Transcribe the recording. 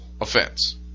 offense